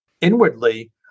inwardly